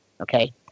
okay